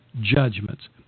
judgments